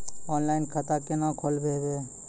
Online खाता केना खोलभैबै?